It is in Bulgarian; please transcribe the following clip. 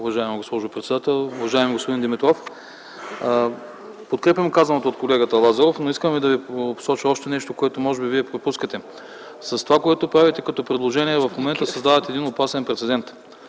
Уважаема госпожо председател! Уважаеми господин Димитров, подкрепям казаното от колегата Лазаров, но искам да посоча още нещо, което може би пропускате. С това, което правите като предложение, в момента създавате един опасен прецедент.